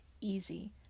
easy